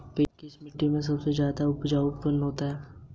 प्रेषण दर क्या है?